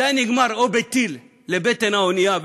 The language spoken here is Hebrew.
זה היה נגמר או בטיל לבטן האונייה,